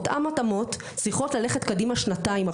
אותם התאמות צריכות ללכת קדימה שנתיים,